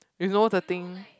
if you know the thing